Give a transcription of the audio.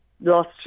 lost